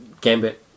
Gambit